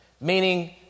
Meaning